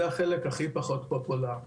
זה החלק הכי פחות פופולרי,